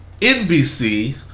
NBC